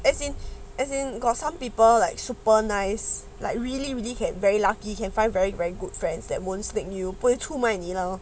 as in as in got some people like super nice like really really hard very lucky can find very very good friends that won't sneak you 不会出卖你了